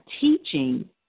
teaching